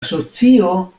asocio